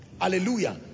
hallelujah